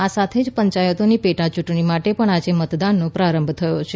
આ સાથે પંચાયતોની પેટાચૂંટણી માટે પણ આજે મતદાનનો પ્રારંભ થયો છે